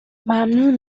ممنون